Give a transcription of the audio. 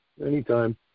anytime